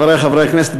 חברי חברי הכנסת,